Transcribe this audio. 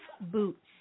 boots